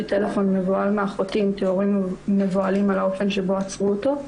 טלפון מבוהל מאחותי עם תיאורים מבוהלים על האופן שבו עצרו אותו,